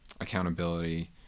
accountability